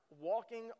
walking